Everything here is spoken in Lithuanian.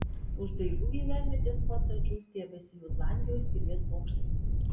už dailių gyvenvietės kotedžų stiebėsi jutlandijos pilies bokštai